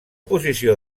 posició